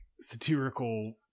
satirical